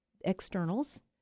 externals